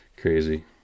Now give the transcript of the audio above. crazy